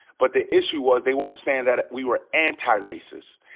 but the issue was they weren't sayin' that we were anti-racist.